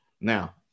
now